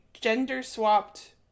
gender-swapped